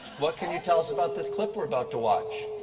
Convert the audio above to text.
what can you tell us about this clip we're about to watch?